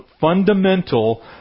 fundamental